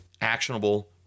actionable